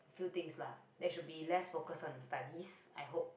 few things lah there should be less focus on studies I hope